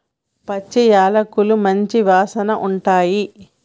పచ్చి యాలకులు మంచి వాసన ఉంటాయి